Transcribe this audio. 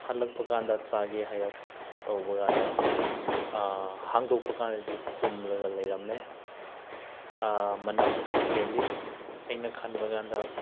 ꯍꯜꯂꯛꯄ ꯀꯥꯟꯗ ꯆꯥꯒꯦ ꯍꯥꯏꯅ ꯇꯧꯕ ꯀꯥꯟꯗ ꯍꯥꯡꯗꯣꯛꯄ ꯀꯥꯟꯅꯗꯤ ꯄꯨꯝꯂꯒ ꯂꯩꯔꯝꯃꯦ ꯃꯅꯝ ꯈꯔ ꯆꯦꯜꯂꯤ ꯑꯩꯅ ꯈꯟꯕ ꯀꯥꯟꯗ